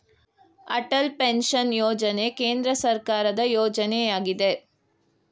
Atal pension ಯೋಜನೆ ಕೇಂದ್ರ ಸರ್ಕಾರದ ಯೋಜನೆಯಗಿದೆ